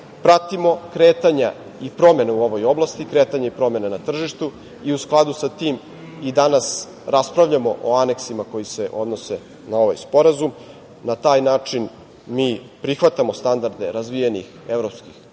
pratimo kretanja i promene u ovoj oblasti, kretanje i promene na tržištu i u skladu sa tim i danas raspravljamo o aneksima koji se odnose na ovaj sporazum. Na taj način mi prihvatamo standarde razvijenih evropskih zemalja